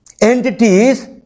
entities